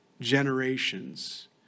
Generations